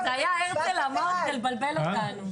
היו כאלה שאמרו כן והיו כאלה שאמרו --- לא,